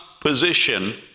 position